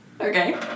okay